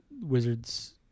Wizards